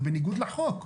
זה בניגוד לחוק.